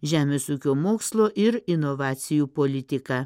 žemės ūkio mokslo ir inovacijų politika